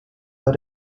war